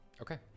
okay